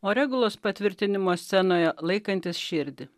o regulos patvirtinimo scenoje laikantys širdį